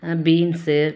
beans